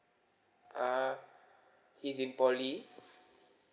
err he's in poly